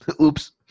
oops